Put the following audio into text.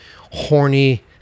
horny